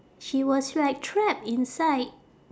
she was like trap inside